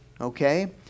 okay